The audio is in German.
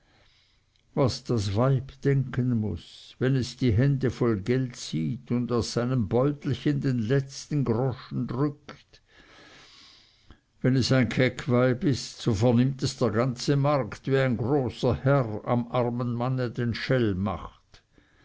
was das weib denken muß wenn es die hände voll geld sieht und aus seinem beutelchen den letzten groschen drückt wenn es ein keck weib ist so vernimmt es der ganze markt wie ein großer herr am armen manne den schelm macht